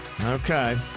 Okay